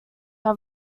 have